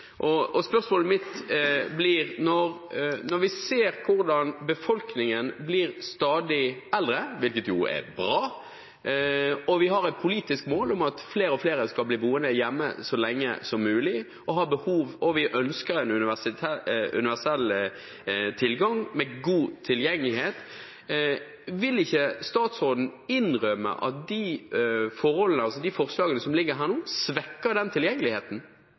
Spørsmålet blir: Når vi ser at befolkningen blir stadig eldre – hvilket jo er bra – og vi har et politisk mål om at flere skal bli boende hjemme så lenge som mulig, og vi ønsker en universell utforming med god tilgjengelighet, vil ikke statsråden innrømme at de forslagene som ligger her nå, svekker den tilgjengeligheten?